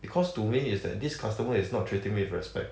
because to me is that this customer is not treating me with respect